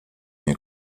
nie